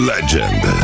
Legend